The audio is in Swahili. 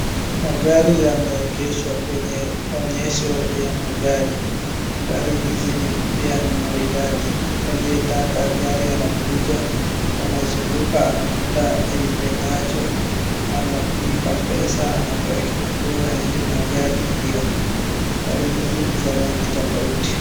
Magari yameegeshwa kwenye onyesho ya magari. Gari hizi ni mpya na maridadi. Aliyetaka gari anakuja, anazunguka anatafuta aipendacho, analipa pesa anapewa kifunguo aende na gari hiyo. Gari hizi ni za rangi tofauti.